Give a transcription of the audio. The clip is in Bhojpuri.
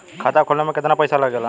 खाता खोले में कितना पईसा लगेला?